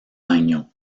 año